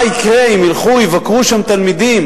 מה יקרה אם ילכו, יבקרו שם תלמידים,